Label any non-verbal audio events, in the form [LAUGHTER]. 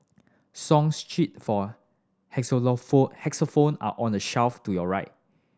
song sheet for [UNINTELLIGIBLE] xylophone are on the shelf to your right